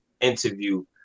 interview